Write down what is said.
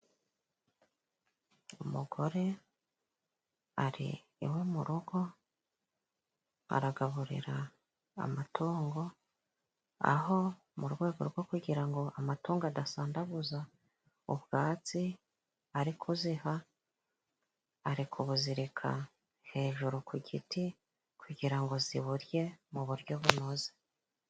Umugore ari iwe mu rugo aragaburira amatungo, aho mu rwego rwo kugira ngo amatungo adasandaguza ubwatsi ari kuziha, ari kubuzirika hejuru ku giti kugira ngo ziburye mu buryo bunoze.